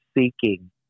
seeking